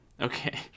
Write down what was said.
okay